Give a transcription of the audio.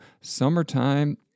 Summertime